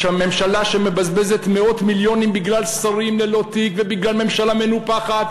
ממשלה שמבזבזת מאות מיליונים בגלל שרים ללא תיקים ובגלל ממשלה מנופחת,